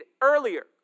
earlier